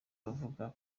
abavuga